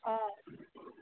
ꯑꯥ